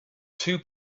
two